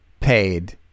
paid